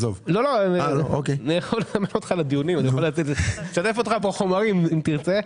אני יכול לשתף אותך בחומרים, אם תרצה.